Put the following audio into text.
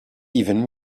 even